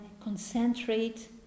concentrate